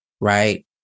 right